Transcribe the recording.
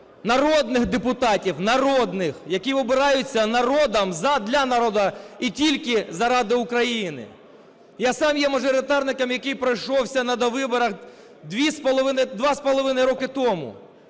Народних депутатів, народних. Які обираються народом, задля народу і тільки заради України. Я сам є мажоритарником, який пройшовся на довиборах два з